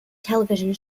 television